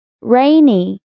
rainy